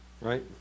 right